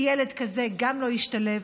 כי ילד כזה גם לא ישתלב,